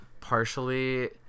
partially